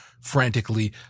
frantically